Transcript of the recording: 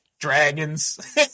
dragons